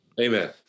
Amen